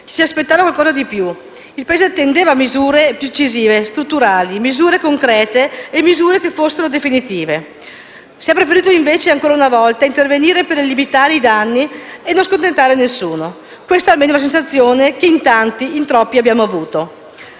Ci si aspettava qualcosa in più: il Paese attendeva misure più incisive, strutturali, concrete e definitive. Si è preferito invece, ancora una volta, intervenire per limitare i danni e non scontentare nessuno. Questa, almeno, è la sensazione che in tanti - in troppi - abbiamo avuto.